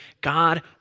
God